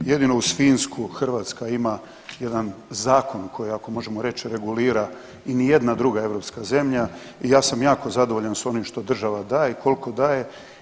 Jedino uz Finsku Hrvatska ima jedan zakon koji ako možemo reći regulira i ni jedna druga europska zemlja i ja sam jako zadovoljan sa onim što država daje i koliko daje.